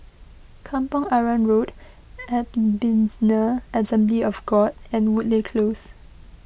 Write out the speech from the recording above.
Kampong Arang Road Ebenezer Assembly of God and Woodleigh Close